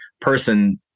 person